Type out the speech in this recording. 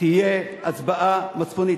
תהיה הצבעה מצפונית.